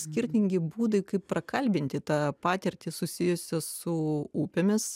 skirtingi būdai kaip prakalbinti tą patirtį susijusią su upėmis